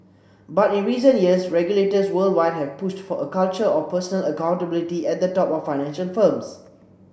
but in recent years regulators worldwide have pushed for a culture of personal accountability at the top of financial firms